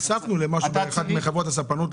נחשפנו לא מזמן למשהו באחת מחברות הספנות,